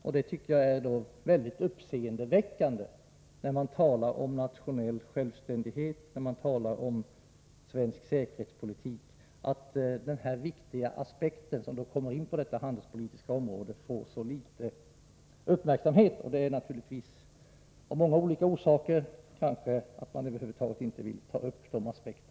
Jag tycker att det är uppseendeväckande att denna viktiga aspekt, som rör det handelspolitiska området, får så liten uppmärksamhet när man talar om nationell självständighet och svensk säkerhetspolitik. Det har naturligtvis många olika orsaker. Man vill kanske över huvud taget inte ta upp denna aspekt.